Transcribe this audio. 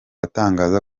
atangaza